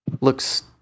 Looks